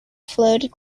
floated